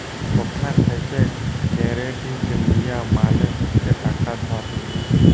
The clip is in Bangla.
কথা থ্যাকে কেরডিট লিয়া মালে হচ্ছে টাকা ধার লিয়া